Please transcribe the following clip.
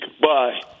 Bye